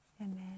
Amen